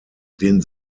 den